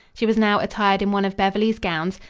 she was now attired in one of beverly's gowns,